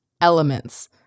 elements